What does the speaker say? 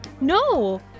No